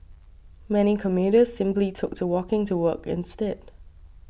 many commuters simply took to walking to work instead